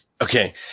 okay